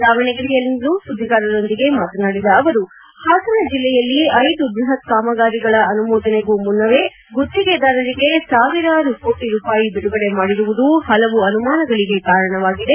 ದಾವಣಗೆರೆಯಲ್ಲಿಂದು ಸುದ್ದಿಗಾರರೊಂದಿಗೆ ಮಾತನಾಡಿದ ಅವರು ಹಾಸನ ಜಿಲ್ಲೆಯಲ್ಲಿ ಐದು ಬೃಹತ್ ಕಾಮಗಾರಿಗಳ ಅನುಮೋದನೆಗೂ ಮುನ್ನವೇ ಗುತ್ತಿಗೆದಾರರಿಗೆ ಸಾವಿರಾರು ಕೋಟಿ ರೂಪಾಯಿ ಬಿಡುಗಡೆ ಮಾಡಿರುವುದು ಹಲವು ಅನುಮಾನಗಳಿಗೆ ಕಾರಣವಾಗಿದೆ